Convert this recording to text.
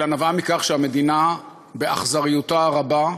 אלא נבעה מכך שהמדינה, באכזריותה הרבה,